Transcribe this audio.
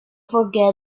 forget